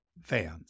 fans